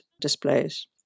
displays